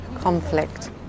conflict